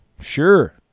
sure